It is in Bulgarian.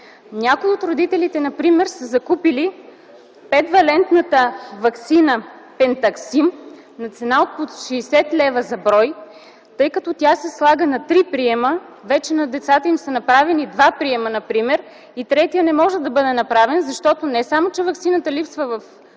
Някои от родителите например са закупили петвалентната ваксина „Пентаксим” на цена от по 60 лв. за брой, тъй като тя се слага на три приема. Вече на децата им са направени два приема например и третият не може да бъде направен, защото не само че ваксината липсва при